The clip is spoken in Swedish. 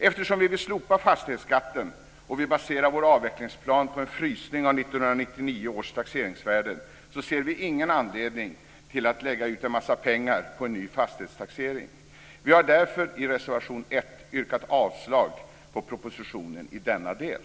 Eftersom vi vill slopa fastighetsskatten och vi baserar vår avvecklingsplan på en frysning av 1997 års taxeringsvärden ser vi ingen anledning till att lägga ut en massa pengar på en ny fastighetstaxering. Vi har därför i reservation 1 yrkat avslag på propositionen i denna del.